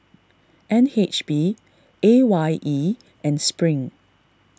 N H B A Y E and Spring